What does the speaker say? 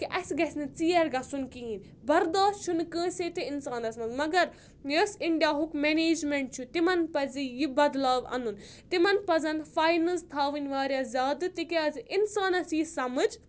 کہِ اَسہِ گَژھِ نہٕ ژیر گژھُن کِہیٖنۍ برداش چھُنہٕ کٲنٛسے تہِ اِنسانَس منٛز مگر یۄس اِنڈیاہُک مینیجمؠنٛٹ چھُ تِمَن پَزِ یہِ بَدلاو اَنُن تِمَن پَزَن فاینٕس تھاوٕنۍ واریاہ زیادٕ تِکیازِ اِنسانَس یہِ سَمٕجھ